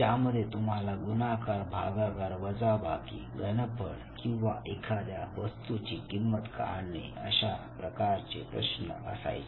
ज्यामध्ये तुम्हाला गुणाकार भागाकार वजाबाकी घनफळ किंवा एखाद्या वस्तूची किंमत काढणे अशा प्रकारचे प्रश्न असायचे